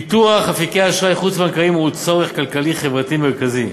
פיתוח אפיקי אשראי חוץ-בנקאיים הוא צורך כלכלי-חברתי מרכזי.